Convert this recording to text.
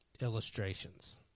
illustrations